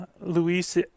Luis